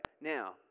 Now